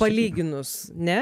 palyginus ne